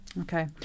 Okay